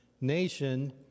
Nation